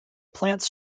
plants